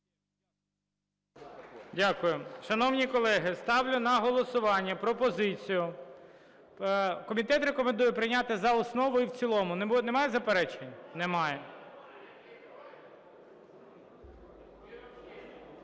Дякую. Шановні колеги, ставлю на голосування пропозицію. Комітет рекомендує прийняти за основу і в цілому. Немає заперечень? Немає.